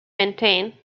maintain